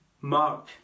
Mark